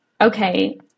okay